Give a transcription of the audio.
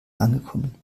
angekommen